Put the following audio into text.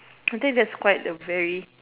I think that's quite a very